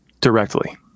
directly